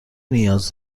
نیاز